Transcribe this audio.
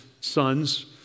sons